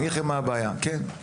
כן, תראה,